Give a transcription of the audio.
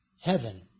heaven